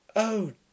Oh